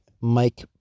Mike